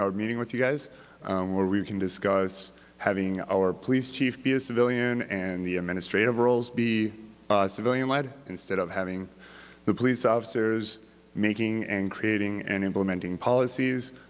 meeting with you guys where we can discuss having our police chief be a civilian and the administrative roles be civilian led instead of having the police officers making and creating and implementing policies,